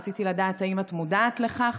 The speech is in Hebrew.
רציתי לדעת אם את מודעת לכך